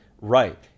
right